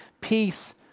peace